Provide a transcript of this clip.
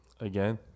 Again